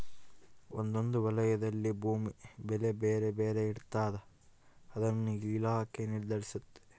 ಒಂದೊಂದು ವಲಯದಲ್ಲಿ ಭೂಮಿ ಬೆಲೆ ಬೇರೆ ಬೇರೆ ಇರ್ತಾದ ಅದನ್ನ ಇಲಾಖೆ ನಿರ್ಧರಿಸ್ತತೆ